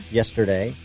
yesterday